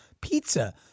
pizza